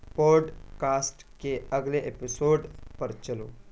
podcast کے اگلے episode پر چلو